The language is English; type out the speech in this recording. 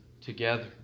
together